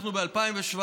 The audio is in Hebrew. ב-2017,